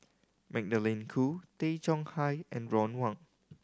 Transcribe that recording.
Magdalene Khoo Tay Chong Hai and Ron Wong